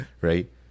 right